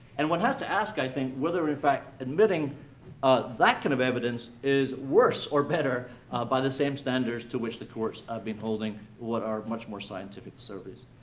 and one has to ask, i think, whether, in fact, admitting ah that kind of evidence is worse or better by the same standards to which the courts have been holding what are much more scientific surveys.